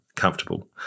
comfortable